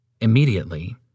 Immediately